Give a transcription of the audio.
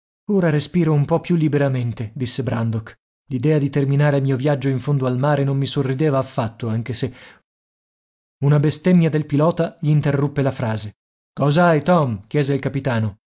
respiro un po più liberamente disse brandok l'idea di terminare il mio viaggio in fondo al mare non mi sorrideva affatto anche se una bestemmia del pilota gl'interruppe la frase cos'hai tom chiese il capitano